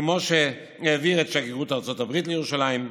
כמו שהעביר את שגרירות ארצות הברית לירושלים,